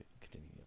continue